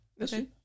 Okay